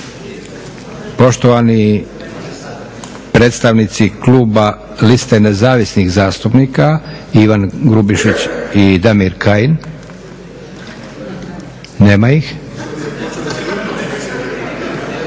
Poštovani predstavnici kluba nezavisnih zastupnika Ivan Grubišić i Damir Kajin. Nema ih.